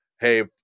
hey